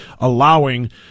allowing